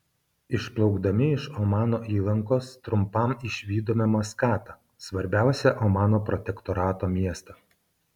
išplaukdami iš omano įlankos trumpam išvydome maskatą svarbiausią omano protektorato miestą